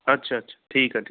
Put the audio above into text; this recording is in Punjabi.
ਅੱਛਾ ਅੱਛ ਠੀਕ ਹੈ